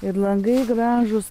ir langai gražūs